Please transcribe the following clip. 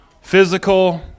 physical